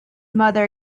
mother